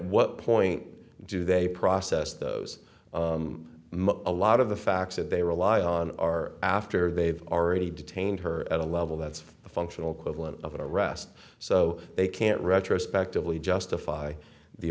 what point do they process those a lot of the facts that they rely on are after they've already detained her at a level that's the functional equivalent of it arrest so they can't retrospectively justify the